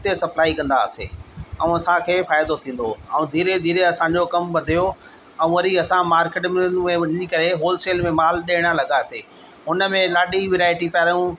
हुते सप्लाए कंदा हुआसीं ऐं असांखे फ़ाइदो थींदो हुओ ऐं धीरे धीरे असांजो कमु वधियो ऐं वरी असां मार्किटनि में वञी करे होलसेल में माल ॾियण लॻियासीं हुन में ॾाढी वेराएटी पहिरियों